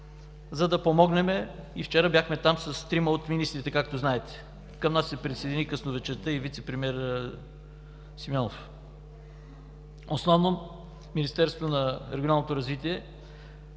за да помогнем. Вчера бяхме там с трима от министрите, както знаете. Към нас се присъедини късно вечерта и вицепремиерът Симеонов. Основно Министерството на регионалното развитие